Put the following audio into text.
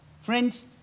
Friends